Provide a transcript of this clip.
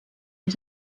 und